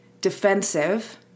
defensive